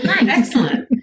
excellent